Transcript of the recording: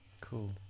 Cool